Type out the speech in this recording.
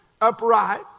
upright